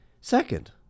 Second